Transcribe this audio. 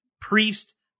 priest